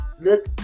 Look